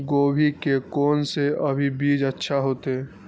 गोभी के कोन से अभी बीज अच्छा होते?